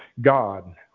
God